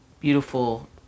beautiful